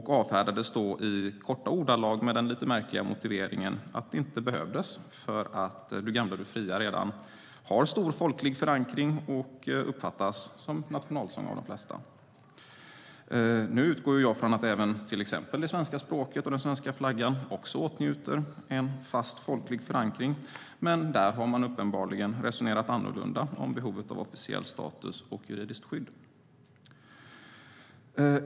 Den avfärdades i korta ordalag med den lite märkliga motiveringen att det inte behövs eftersom Du gamla, du fria redan har stor folklig förankring och uppfattas som nationalsång av de flesta. Jag utgår från att till exempel det svenska språket och den svenska flaggan också åtnjuter en fast folklig förankring, men där har man uppenbarligen resonerat annorlunda om behovet av officiell status och juridiskt skydd.